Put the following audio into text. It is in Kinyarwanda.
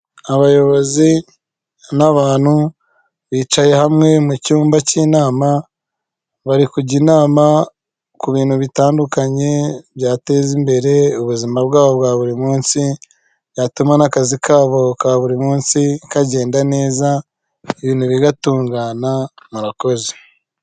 Abayobozi n'abantu bicaye hamwe mu cyumba cy'inama, bari kujya inama ku bintu bitandukanye byateza imbere ubuzima bwabo bwa buri munsi, byatuma n'akazi kabo ka buri munsi kagenda neza, ibintu bigatungana, murakoze.